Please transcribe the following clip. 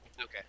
okay